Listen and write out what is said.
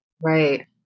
Right